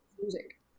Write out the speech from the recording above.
music